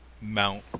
mount